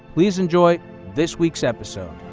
please enjoy this week's episode.